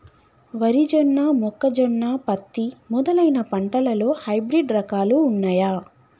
వరి జొన్న మొక్కజొన్న పత్తి మొదలైన పంటలలో హైబ్రిడ్ రకాలు ఉన్నయా?